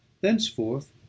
thenceforth